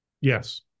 Yes